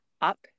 up